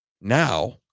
Now